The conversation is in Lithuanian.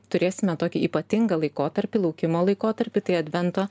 turėsime tokį ypatingą laikotarpį laukimo laikotarpį tai advento